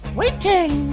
waiting